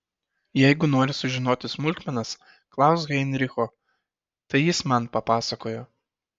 jeigu nori sužinoti smulkmenas klausk heinricho tai jis man papasakojo